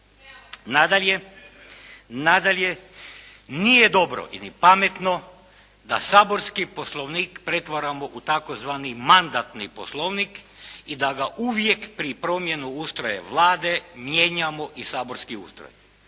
Nadalje, nije dobro a ni pametno da saborski Poslovnik pretvaramo u tzv. mandatni Poslovnik i da ga uvijek pri promjeni ustroja Vlade mijenjamo i saborski ustroj.